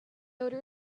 odor